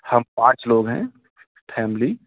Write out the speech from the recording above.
ہم پانچ لوگ ہیں فیملی